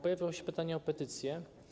Pojawiło się pytanie o petycje.